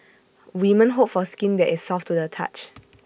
women hope for skin that is soft to the touch